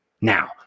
Now